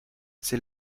c’est